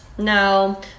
No